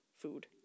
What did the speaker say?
food